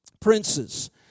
princes